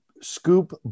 scoop